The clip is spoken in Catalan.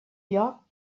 lloc